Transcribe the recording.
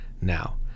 now